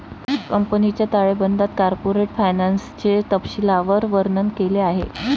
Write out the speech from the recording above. कंपनीच्या ताळेबंदात कॉर्पोरेट फायनान्सचे तपशीलवार वर्णन केले आहे